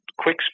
quick